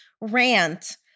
rant